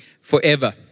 forever